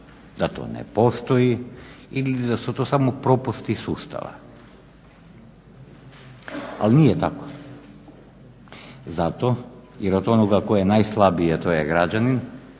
da to ne postoji ili da su to samo propusti sustava, ali nije tako. Zato i od onoga koji je najslabije, to je građanin,